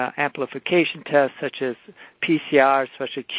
ah amplification test, such as pcr, especially qpcr,